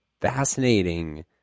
fascinating